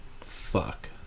Fuck